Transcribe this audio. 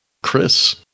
Chris